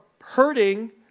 hurting